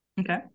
Okay